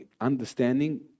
understanding